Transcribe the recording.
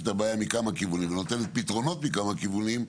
את הבעיה מכמה כיוונים ונותנת פתרונות מכמה כיוונים,